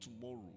tomorrow